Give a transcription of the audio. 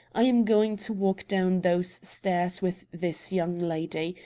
i am going to walk down those stairs with this young lady.